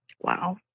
Wow